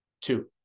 Two